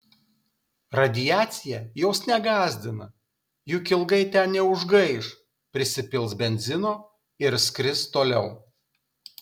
radiacija jos negąsdina juk ilgai ten neužgaiš prisipils benzino ir skris toliau